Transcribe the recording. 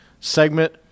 segment